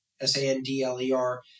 S-A-N-D-L-E-R